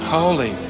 Holy